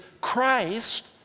Christ